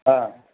হ্যাঁ